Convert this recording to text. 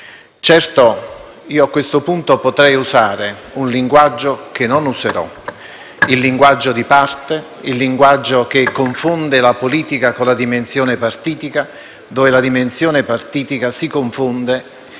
Io, a questo punto, potrei usare un linguaggio che non userò: il linguaggio di parte, il linguaggio che confonde la politica con la dimensione partitica, dove la dimensione partitica si confonde